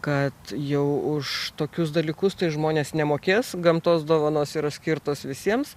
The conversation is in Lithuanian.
kad jau už tokius dalykus tai žmonės nemokės gamtos dovanos yra skirtos visiems